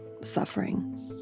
suffering